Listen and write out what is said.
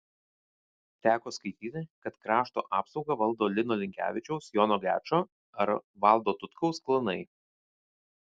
teko skaityti kad krašto apsaugą valdo lino linkevičiaus jono gečo ar valdo tutkaus klanai